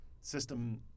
system